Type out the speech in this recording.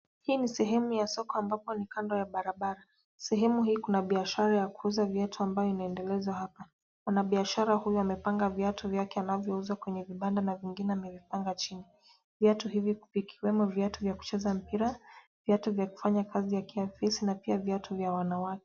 Hii ni sehemu ya soko ambapo ni kando ya barabara, sehemu hii kuna biashara ya kuuza viatu ambayo inaendelezwa hapa, mwanabiashara huyu amepanga viatu vyake anavyouza kwenye vibanda na vingine amepanga chini, viatu hivi vikiwemo viatu vya kucheza mpira, viatu vya kufanya kazi ya kiofisi na pia viatu vya wanawake.